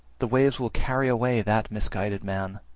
the waves will carry away that misguided man,